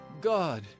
God